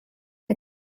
mae